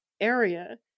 area